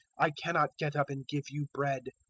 i cannot get up and give you bread